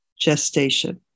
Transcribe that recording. gestation